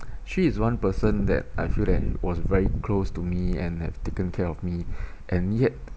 she is one person that I feel that was very close to me and have taken care of me and yet